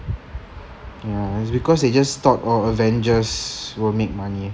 ya is because they just thought orh avengers will make money